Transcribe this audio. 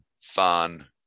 fun